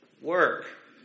work